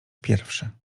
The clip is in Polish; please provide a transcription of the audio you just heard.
pierwszy